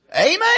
Amen